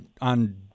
on